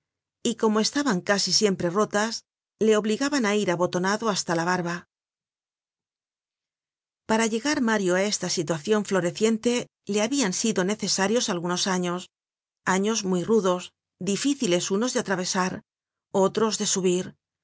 palabras entre restaurant y calmant tomo iii content from google book search generated at para llegar mario á esta situacion floreciente le habian sido necesarios algunos años años muy rudos difíciles unos de atravesar otros de subir